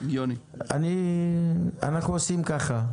אנחנו עושים ככה.